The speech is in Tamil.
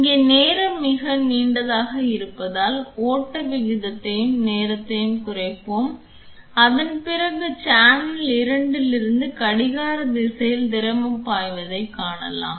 இங்கு நேரம் மிக நீண்டதாக இருப்பதால் ஓட்ட விகிதத்தையும் நேரத்தையும் குறைப்பேன் அதன் பிறகு சேனல் 2 இலிருந்து கடிகார திசையில் திரவம் பாய்வதைக் காணலாம்